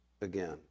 again